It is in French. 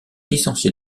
licencié